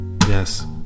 Yes